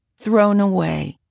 thrown away,